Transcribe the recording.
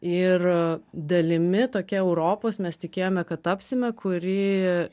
ir dalimi tokia europos mes tikėjome kad tapsime kuri